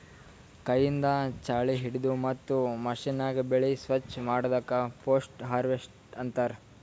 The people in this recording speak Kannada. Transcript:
ಕೈಯಿಂದ್ ಛಾಳಿ ಹಿಡದು ಮತ್ತ್ ಮಷೀನ್ಯಾಗ ಬೆಳಿ ಸ್ವಚ್ ಮಾಡದಕ್ ಪೋಸ್ಟ್ ಹಾರ್ವೆಸ್ಟ್ ಅಂತಾರ್